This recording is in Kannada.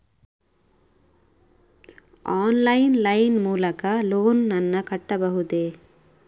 ಆನ್ಲೈನ್ ಲೈನ್ ಮೂಲಕ ಲೋನ್ ನನ್ನ ಕಟ್ಟಬಹುದೇ?